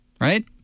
right